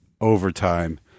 overtime